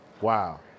Wow